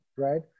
right